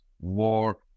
War